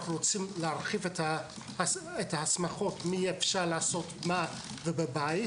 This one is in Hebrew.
אנחנו רוצים להרחיב את ההסמכות מי אפשר לעשות מה בבית,